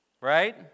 Right